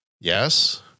Yes